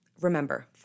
remember